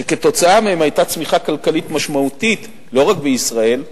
שכתוצאה מהם היתה צמיחה כלכלית משמעותית לא רק בישראל,